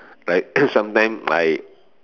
like sometimes I